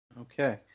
Okay